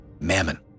Mammon